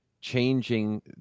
changing